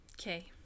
okay